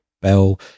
Bell